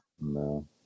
No